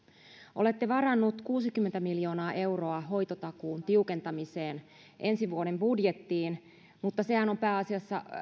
olette varanneet kuusikymmentä miljoonaa euroa hoitotakuun tiukentamiseen ensi vuoden budjettiin mutta sehän on pääasiassa